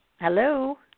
Hello